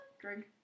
drink